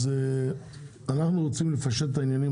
אנחנו רוצים לפשט את העניינים,